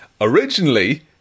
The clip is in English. originally